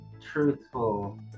truthful